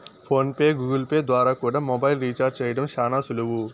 phone pay, Google Pay ద్వారా కూడా mobile recharge చేయడం శానా సులువు